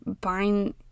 buying